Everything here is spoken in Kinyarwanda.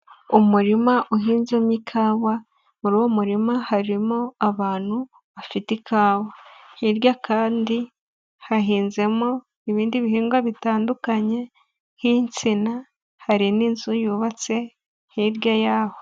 Umurima uhinzemo ikawa, muri uwo murima harimo abantu bafite ikawa. Hirya kandi hahinzemo ibindi bihingwa bitandukanye nk'insina, hari n'inzu yubatse hirya yaho.